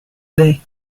baies